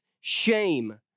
shame